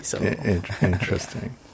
Interesting